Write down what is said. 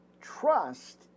trust